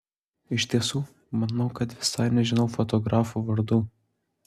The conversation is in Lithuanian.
iš tiesų manau kad visai nežinau fotografų vardų